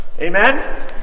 Amen